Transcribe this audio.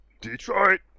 Detroit